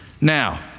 Now